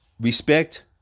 respect